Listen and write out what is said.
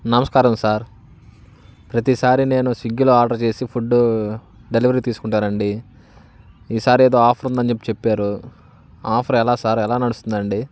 నమస్కారం సార్ ప్రతీసారి నేను స్విగ్గీలో ఆర్డర్ చేసి ఫుడ్డు డెలివరీ తీసుకుంటారా అండి ఈసారి ఏదో ఆఫర్ ఉందని చెప్పి చెప్పారు ఆ ఆఫర్ ఎలా సార్ ఎలా నడుస్తుంది అండి